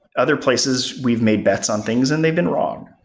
other places, we've made bets on things, and they've been wrong,